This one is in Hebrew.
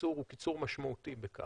הקיצור הוא קיצור משמעותי בכך.